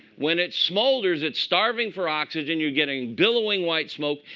when it smolders, it's starving for oxygen. you're getting billowing white smoke.